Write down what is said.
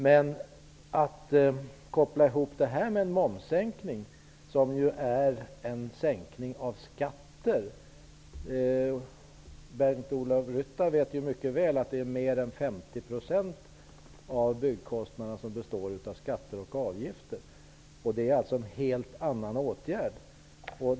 Men det är fråga om en helt annan åtgärd än att koppla ihop detta med en momssänkning, dvs. en sänkning av skatter. Bengt Ola Ryttar vet ju mycket väl att det är mer än 50 % av byggkostnaderna som består i skatter och avgifter.